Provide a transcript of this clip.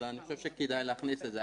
אני חושב שכדאי להכניס את זה.